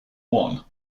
one